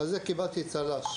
קיבלתי על זה צל"ש